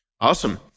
Awesome